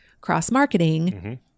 cross-marketing